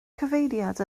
cyfeiriad